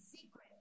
secret